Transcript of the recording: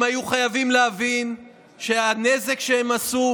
הם היו חייבים להבין שהנזק שהם עשו,